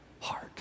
heart